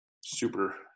super –